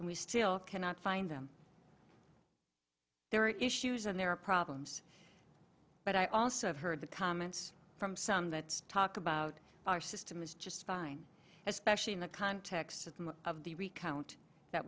and we still cannot find them there are issues and there are problems but i also have heard the comments from some that talk about our system is just fine especially in the context of the recount that